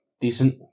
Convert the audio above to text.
decent